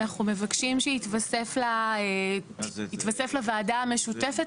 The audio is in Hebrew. אנחנו מבקשים שיתווסף לוועדה המשותפת